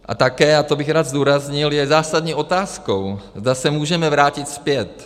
A také, a to bych rád zdůraznil, je zásadní otázkou, zda se můžeme vrátit zpět.